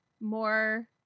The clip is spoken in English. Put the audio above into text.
more